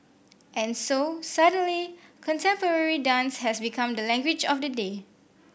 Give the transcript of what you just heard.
and so suddenly contemporary dance has become the language of the day